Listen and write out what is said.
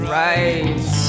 right